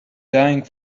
dying